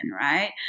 right